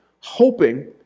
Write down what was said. hoping